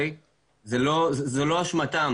זאת לא אשמתם